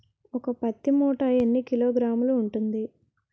ఒక పత్తి మూట ఎన్ని కిలోగ్రాములు ఉంటుంది?